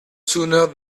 sooner